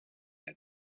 had